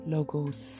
Logos